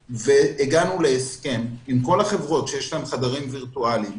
הגענו להסכם עם כל החברות שיש להן חדרים וירטואליים,